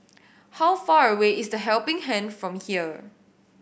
how far away is The Helping Hand from here